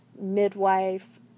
midwife